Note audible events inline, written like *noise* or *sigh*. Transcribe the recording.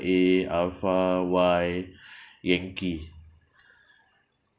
A alpha Y *breath* yankee